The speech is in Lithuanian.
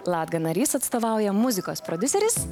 latga narys atstovauja muzikos prodiuseris